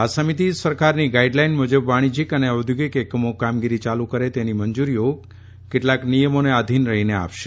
આ સમિતિ સરકારની ગાઇડલાઇન મુજબ વાણિજ્યીક અને ઔદ્યોગિક એકમો કામગીરીયાલુ કરે તેની મંજુરીઓ કેટલાક નિયમોને આધિન રહીને આપશે